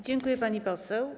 Dziękuję, pani poseł.